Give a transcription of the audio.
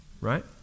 right